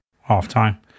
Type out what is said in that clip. half-time